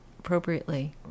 Appropriately